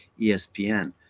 ESPN